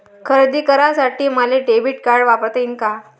खरेदी करासाठी मले डेबिट कार्ड वापरता येईन का?